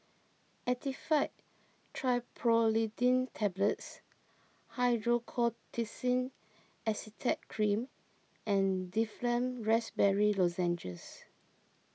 Actifed Triprolidine Tablets Hydrocortisone Acetate Cream and Difflam Raspberry Lozenges